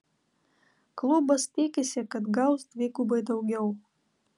klubas tikisi kad gaus dvigubai daugiau